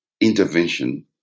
intervention